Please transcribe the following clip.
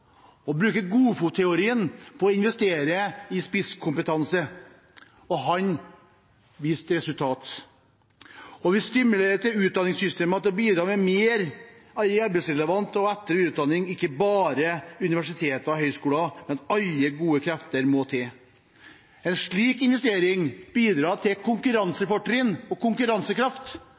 – bruke godfotteorien på å investere i spisskompetanse. Og han viste til resultater. Vi stimulerer utdanningssystemet til å bidra med mer arbeidslivsrelevant etter- og videreutdanning – ikke bare universiteter og høyskoler, men alle gode krefter må til. En slik investering bidrar til konkurransefortrinn og konkurransekraft,